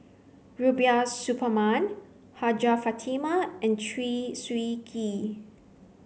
Rubiah Suparman Hajjah Fatimah and Chew Swee Kee